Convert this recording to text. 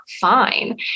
fine